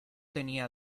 tenía